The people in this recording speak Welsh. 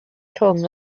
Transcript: rhwng